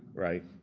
right?